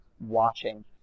watching